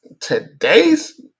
today's